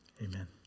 amen